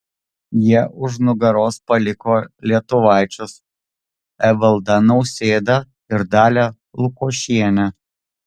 jie už nugaros paliko lietuvaičius evaldą nausėdą ir dalią lukošienę